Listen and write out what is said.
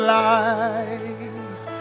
life